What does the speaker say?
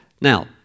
Now